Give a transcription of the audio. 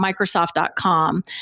Microsoft.com